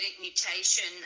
mutation